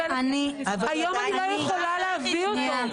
היום אני לא יכולה להביא אותו.